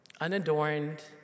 unadorned